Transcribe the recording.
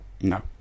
no